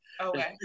Okay